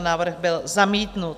Návrh byl zamítnut.